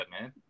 man